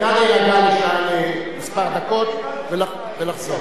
נא להירגע כמה דקות ולחזור.